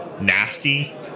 nasty